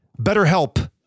BetterHelp